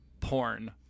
porn